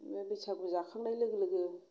नै बैसागु जाखांनाय लोगो लोगो